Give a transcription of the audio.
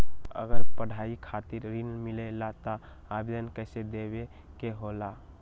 अगर पढ़ाई खातीर ऋण मिले ला त आवेदन कईसे देवे के होला?